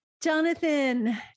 Jonathan